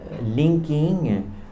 linking